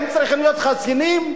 הם צריכים להיות חסינים?